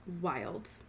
Wild